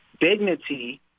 Dignity